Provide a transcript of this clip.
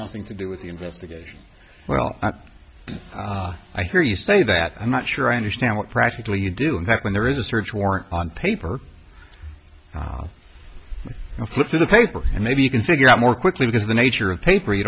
nothing to do with the investigation well i hear you say that i'm not sure i understand what practically you do in fact when there is a search warrant on paper flip the paper and maybe you can figure out more quickly because the nature of paper you